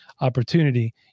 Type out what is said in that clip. opportunity